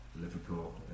Liverpool